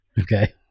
Okay